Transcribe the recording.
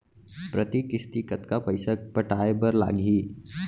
प्रति किस्ती कतका पइसा पटाये बर लागही?